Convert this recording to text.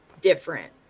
different